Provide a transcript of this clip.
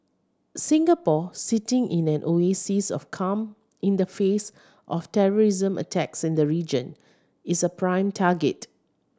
Singapore sitting in an oasis of calm in the face of terrorism attacks in the region is a prime target